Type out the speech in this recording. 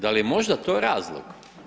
Da li je možda to razlog?